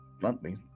bluntly